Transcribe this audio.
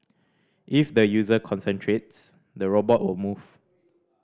if the user concentrates the robot will move